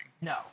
No